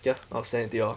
ya I'll send 鸟